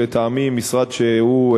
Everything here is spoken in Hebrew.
שלטעמי הוא משרד שהוא,